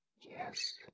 yes